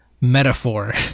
metaphor